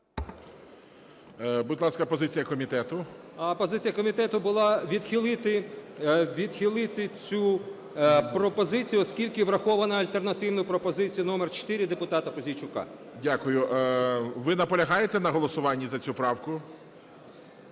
Будь ласка, позиція комітету? 16:21:39 КАЛЬЧЕНКО С.В. Позиція комітету була відхилити цю пропозицію, оскільки врахована альтернативна пропозиція номер 4 депутата Пузійчука. ГОЛОВУЮЧИЙ. Дякую. Ви наполягаєте на голосуванні за цю правку?